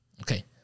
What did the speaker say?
Okay